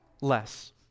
less